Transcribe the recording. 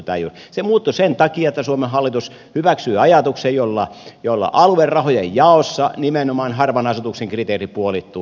se muuttui sen takia että suomen hallitus hyväksyi ajatuksen jolla aluerahojen jaossa nimenomaan harvan asutuksen kriteeri puolittui